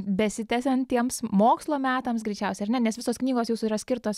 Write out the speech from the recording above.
besitęsiantiems mokslo metams greičiausiai ar ne nes visos knygos jūsų yra skirtos